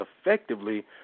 effectively